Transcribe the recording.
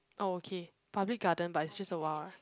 oh okay Public Garden but it just awhile